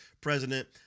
President